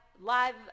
live